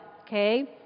Okay